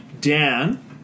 Dan